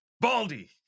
Baldy